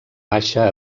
baixa